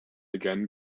again